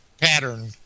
pattern